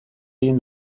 egin